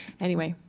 anyway,